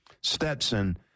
Stetson